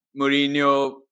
Mourinho